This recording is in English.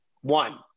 One